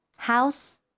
House